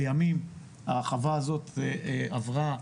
לימים החווה הזאת עברה,